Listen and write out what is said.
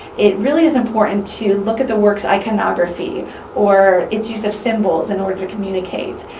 it really is important to look at the work's iconography or its use of symbols in order to communicate.